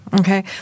Okay